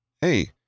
Hey